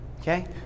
Okay